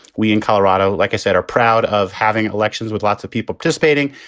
we in colorado, like i said, are proud of having elections with lots of people participating.